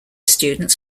students